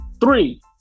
Three